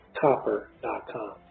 copper.com